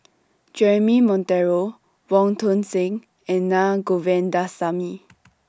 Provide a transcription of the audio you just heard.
Jeremy Monteiro Wong Tuang Seng and Naa Govindasamy